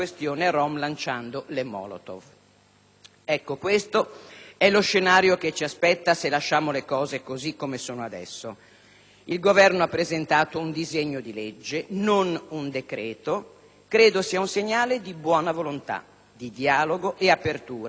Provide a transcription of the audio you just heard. Ecco, questo è lo scenario che ci aspetta se lasciamo le cose così come sono adesso. Il Governo ha presentato un disegno di legge, non un decreto: credo sia un segnale di buona volontà, di dialogo e apertura anche nei confronti dell'opposizione.